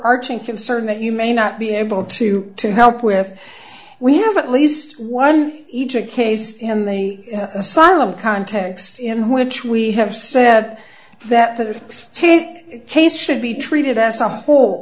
overarching concern that you may not be able to help with we have at least one each a case in the asylum context in which we have said that the case should be treated as a whole